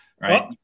right